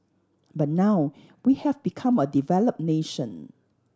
but now we have become a developed nation